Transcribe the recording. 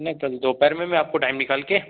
नहीं कल दोपहर में मैं आपको टाइम निकाल कर